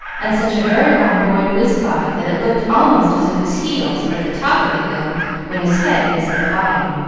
and such a very long boy whizzed by, that it looked almost as if his heels were at the top of the hill when his head was at the bottom!